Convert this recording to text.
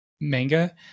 manga